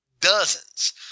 dozens